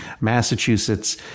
Massachusetts